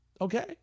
Okay